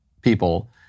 people